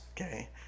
okay